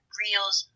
reels